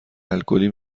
الکلی